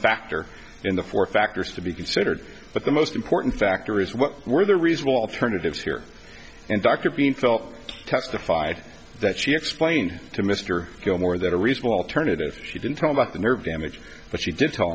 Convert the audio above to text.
factor in the four factors to be considered but the most important factor is what were the reasonable alternatives here and dr being felt testified that she explained to mr gilmore that a reasonable alternative she didn't tell about the nerve damage but she didn't tell